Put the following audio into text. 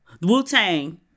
Wu-Tang